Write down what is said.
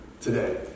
today